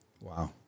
Wow